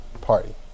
party